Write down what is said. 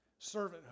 servanthood